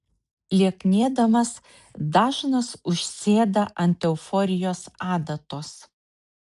lieknėdamas dažnas užsėda ant euforijos adatos